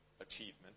achievement